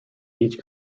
each